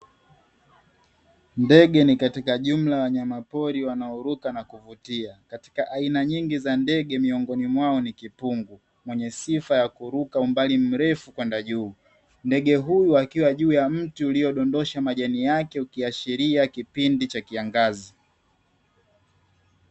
Ndege ni katika jumla ya wanyama pori wanaoruka na kuvutia. Katika aina nyingi za ndege miongoni mwao ni kipungu, mwenye sifa ya kuruka umbali mrefu kupanda juu. Ndege huyu akiwa juu ya mti uliodondosha majani yake ukiashiria kipindi cha kiangazi.